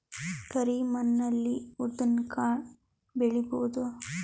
ಕರಿ ಮಣ್ಣ ಅಲ್ಲಿ ಉದ್ದಿನ್ ಕಾಳು ಬೆಳಿಬೋದ?